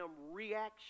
reaction